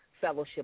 fellowship